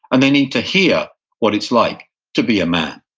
and they need to hear what it's like to be a man,